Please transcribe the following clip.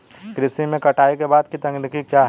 कृषि में कटाई के बाद की तकनीक क्या है?